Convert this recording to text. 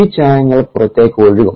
ഈ ചായങ്ങൾ പുറത്തേക്ക് ഒഴുകും